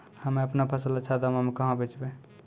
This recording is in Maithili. हम्मे आपनौ फसल अच्छा दामों मे कहाँ बेचबै?